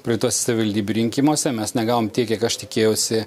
praeituose savivaldybių rinkimuose mes negavome tiek kiek aš tikėjausi